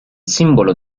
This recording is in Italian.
simbolo